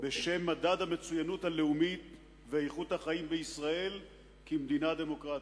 בשם "מדד המצוינות הלאומית ואיכות החיים בישראל כמדינה דמוקרטית".